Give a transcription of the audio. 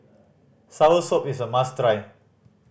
soursop is a must try